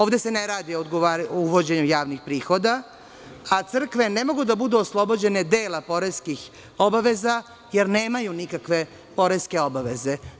Ovde se ne radi o uvođenju javnih prihoda, a crkve ne mogu da budu oslobođene dela poreskih obaveza jer nemaju nikakve poreske obaveze.